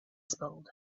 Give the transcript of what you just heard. spilled